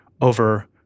over